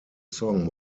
song